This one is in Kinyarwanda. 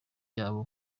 yabo